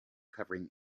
covering